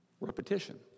Repetition